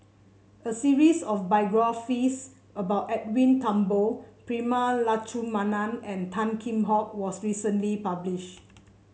a series of biographies about Edwin Thumboo Prema Letchumanan and Tan Kheam Hock was recently publish